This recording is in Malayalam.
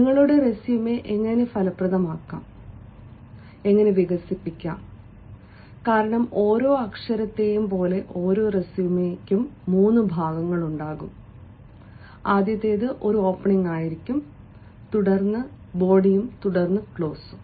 നിങ്ങളുടെ റെസ്യുമെ എങ്ങനെ ഫലപ്രദമാക്കാം എങ്ങനെ വികസിപ്പിക്കാം കാരണം ഓരോ അക്ഷരത്തെയും പോലെ ഓരോ റെസ്യുമെ 3 ഭാഗങ്ങളുണ്ടാകും ആദ്യത്തേത് ഒരു ഓപ്പണിംഗ് ആയിരിക്കും തുടർന്ന് ബോഡിയും തുടർന്ന് ക്ലോസും